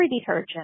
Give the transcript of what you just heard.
detergent